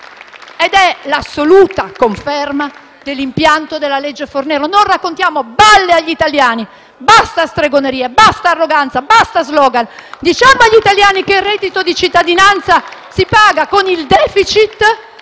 ossia l'assoluta conferma dell'impianto della legge Fornero. Non raccontiamo balle agli italiani: basta stregonerie; basta arroganza; basta *slogan*! Diciamo agli italiani che il reddito di cittadinanza si paga con il *deficit*,